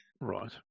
Right